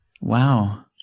wow